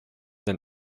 than